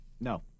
No